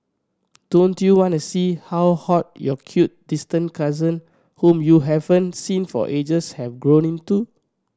don't you wanna see how hot your cute distant cousin whom you haven't seen for ages have grown into